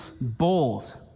bold